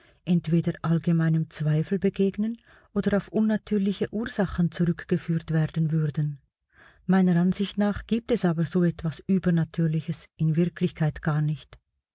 entweder allgemeinem zweifel begegnen oder auf unnatürliche ursachen zurückgeführt werden würden meiner ansicht nach gibt es aber so etwas übernatürliches in wirklichkeit garnicht